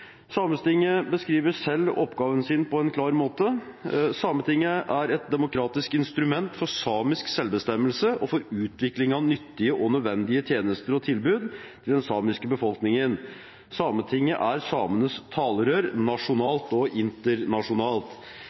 beskriver selv oppgaven sin på en klar måte. Sametinget er et demokratisk instrument for samisk selvbestemmelse og for utviklingen av nyttige og nødvendige tjenester og tilbud i den samiske befolkningen. Sametinget er samenes talerør nasjonalt og internasjonalt.